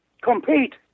compete